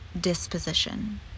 disposition